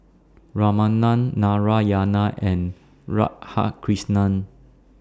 Ramanand Narayana and Radhakrishnan